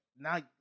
Now